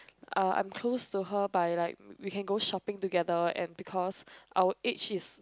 uh I am close to her by like we can go shopping together and because our age is